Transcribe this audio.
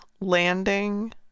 landing